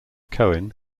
cohen